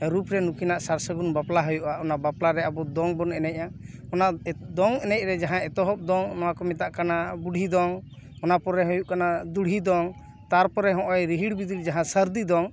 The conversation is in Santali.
ᱨᱩᱯ ᱨᱮ ᱱᱩᱠᱤᱱᱟᱜ ᱥᱟᱨ ᱥᱟᱜᱩᱱ ᱵᱟᱯᱞᱟ ᱦᱩᱭᱩᱜᱼᱟ ᱚᱱᱟ ᱵᱟᱯᱞᱟ ᱨᱮ ᱟᱵᱚ ᱫᱚᱝ ᱵᱚᱱ ᱮᱱᱮᱡᱼᱟ ᱚᱱᱟ ᱫᱚᱝ ᱮᱱᱮᱡ ᱨᱮ ᱡᱟᱦᱟᱸ ᱮᱛᱚᱦᱚᱵ ᱫᱚᱝ ᱱᱚᱶᱟ ᱠᱚ ᱢᱮᱛᱟᱜ ᱠᱟᱱᱟ ᱵᱩᱰᱷᱤ ᱫᱚᱝ ᱚᱱᱟ ᱯᱚᱨᱮ ᱦᱩᱭᱩᱜ ᱠᱟᱱᱟ ᱵᱩᱲᱦᱤ ᱫᱚᱝ ᱛᱟᱨᱯᱚᱨᱮ ᱱᱚᱜ ᱚᱭ ᱨᱤᱦᱤᱲ ᱵᱤᱫᱤᱲ ᱡᱟᱦᱟᱸ ᱥᱟᱨᱫᱤ ᱫᱚᱝ